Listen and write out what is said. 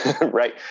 right